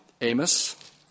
Amos